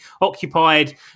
occupied